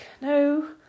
no